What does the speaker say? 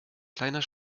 kleiner